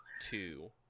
two